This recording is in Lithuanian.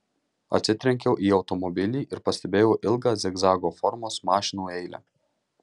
atsitrenkiau į automobilį ir pastebėjau ilgą zigzago formos mašinų eilę